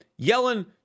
Yellen